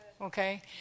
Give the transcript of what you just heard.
okay